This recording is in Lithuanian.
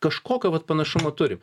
kažkokio vat panašumo turim